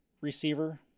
receiver